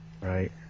Right